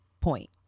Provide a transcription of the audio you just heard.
point